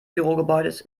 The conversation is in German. bürogebäudes